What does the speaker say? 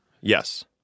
Yes